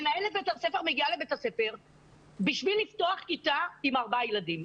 מנהלת בית הספר מגיעה לבית הספר בשביל לפתוח כיתה עם ארבעה ילדים.